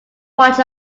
watch